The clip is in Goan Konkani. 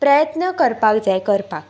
प्रयत्न करपाक जाय करपाक